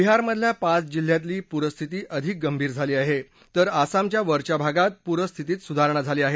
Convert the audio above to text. बिहारमधल्या पाच जिल्ह्यातली पूरस्थिती अधिक गंभीर झाली आहे तर आसामच्या वरच्या भागात पूरस्थितीत सुधारणा झाली आहे